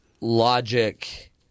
logic